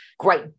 great